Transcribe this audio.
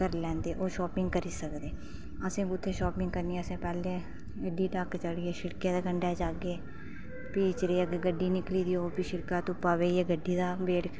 ते ओह करी लैंदे शापिंग करी सकदे असें कुत्थै शोपिंग करनी असें पैह्लें एड्डी ढक्क चढ़ियै शिड़कै दे कंढै जाह्गे फ्ही इच्चरा ई गड्डी निकली गेदी होग फ्ही शिड़का धुप्पा बेहियै गड्डी दा वेट